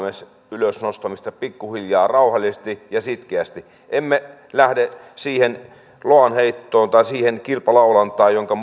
ylös nostamista pikkuhiljaa rauhallisesti ja sitkeästi ja emme lähde siihen loanheittoon tai siihen kilpalaulantaan onko